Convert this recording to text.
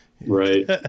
right